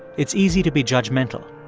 it's easy to be judgmental,